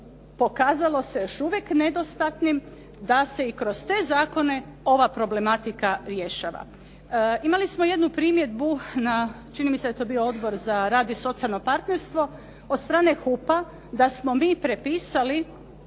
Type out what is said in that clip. pokazalo se još uvijek nedostatnim da se i kroz te zakone ova problematika dešava. Imali smo jednu primjedbu, čini mi se da je to bio Odbor za rad i socijalno partnerstvo, od strane HUP-a da smo mi prepisali